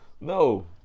No